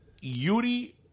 Yuri